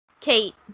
Kate